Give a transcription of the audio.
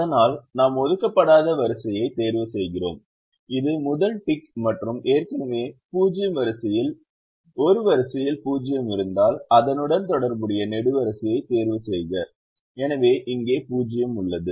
அதனால் நாம் ஒதுக்கப்படாத வரிசையைத் தேர்வு செய்கிறோம் இது முதல் டிக் மற்றும் ஏற்கனவே 0 வரிசையில் ஒரு வரிசையில் 0 இருந்தால் அதனுடன் தொடர்புடைய நெடுவரிசையைத் தேர்வுசெய்க எனவே இங்கே 0 உள்ளது